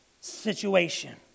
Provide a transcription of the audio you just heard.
situation